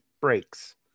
breaks